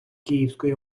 київської